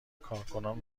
کارکنان